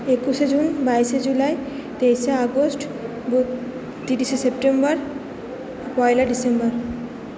একুশে জুন বাইশে জুলাই তেইশে আগস্ট তিরিশে সেপ্টেম্বর পয়লা ডিসেম্বর